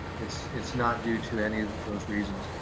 it's it's not due to any of those reasons.